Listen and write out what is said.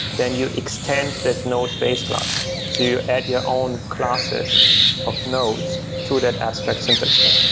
then you extend that node-base class to add your own classes of nodes to that abstract syntax tree.